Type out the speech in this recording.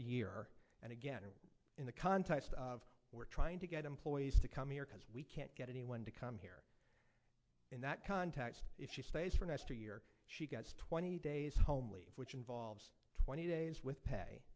year and again in the context of we're trying to get employees to come here because we can't get anyone to come here in that context if she stays for an extra year he gets twenty days home leave which involves twenty days with pay